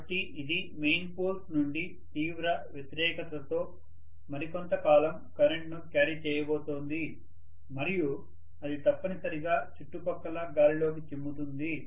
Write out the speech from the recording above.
కాబట్టి ఇది main poles నుండి తీవ్ర వ్యతిరేకతతో మరికొంత కాలం కరెంట్ను క్యారీ చేయబోతోంది మరియు అది తప్పనిసరిగా చుట్టుపక్కల గాలిలోకి చిమ్ముతుంది